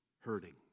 hurting